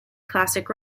classic